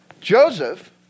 Joseph